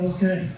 Okay